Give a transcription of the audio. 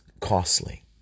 costly